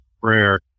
prayer